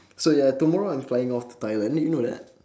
so ya tomorrow I'm flying off to thailand you know that